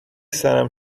سرم